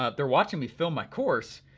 ah they're watching me film my course,